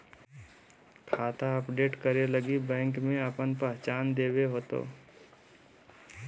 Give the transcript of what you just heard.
खाता अपडेट करे लगी बैंक में आपन पहचान देबे होतो